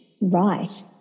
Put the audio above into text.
right